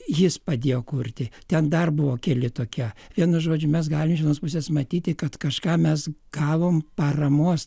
jis padėjo kurti ten dar buvo keli tokie vienu žodžiu mes galim iš vienos pusės matyti kad kažką mes gavome paramos